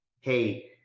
Hey